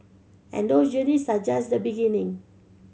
and those journeys are just the beginning